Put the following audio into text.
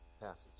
passage